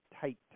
tight